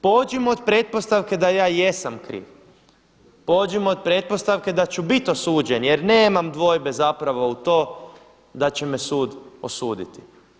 Pođimo od pretpostavke da ja jesam kriv, pođimo od pretpostavke da ću bit osuđen jer nemam dvojbe zapravo u to da ćemo sud osuditi.